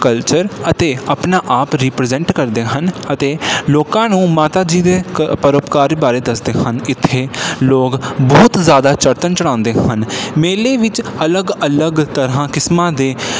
culture ਅਤੇ ਆਪਣਾ ਆਪ ਰਿਪ੍ਰੇਜ਼ੇਂਟ ਕਰਦੇ ਹਨ ਅਤੇ ਲੋਕਾਂ ਨੂੰ ਮਾਤਾ ਜੀ ਦੇ ਕ ਪਰਉਪਕਾਰ ਬਾਰੇ ਦੱਸਦੇ ਹਨ ਇੱਥੇ ਲੋਕ ਬਹੁਤ ਜ਼ਿਆਦਾ ਚੜ੍ਹਤਾਂ ਚੜ੍ਹਾਉਂਦੇ ਹਨ ਮੇਲੇ ਵਿੱਚ ਅਲੱਗ ਅਲੱਗ ਤਰ੍ਹਾਂ ਕਿਸਮਾਂ ਦੇ